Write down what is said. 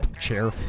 chair